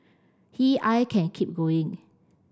he I can keep going